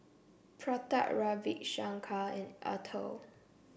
Pratap Ravi Shankar and Atal